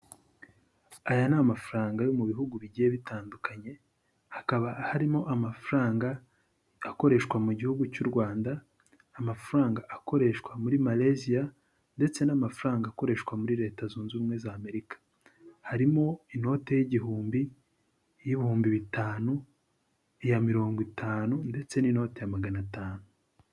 Aya ni amafaranga yo mu bihugu bigiye bitandukanye hakaba harimo amafaranga akoreshwa mu gihugu cy'u rwanda, amafaranga akoreshwa muri Maleziya ndetse n'amafaranga akoreshwa muri leta zunze ubumwe za Amerika, harimo inote y'igihumbi, iy'ibihumbi bitanu, iya mirongo itanu ndetse n'inote ya maganatanu.